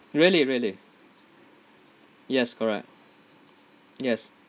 really really yes correct yes